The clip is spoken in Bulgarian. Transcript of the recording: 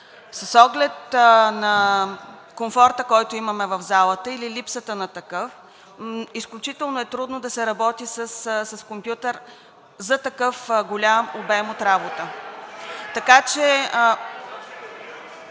С оглед на комфорта, който имаме в залата, или липсата на такъв изключително е трудно да се работи с компютър за такъв голям обем от работа. (Шум и